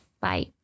Bye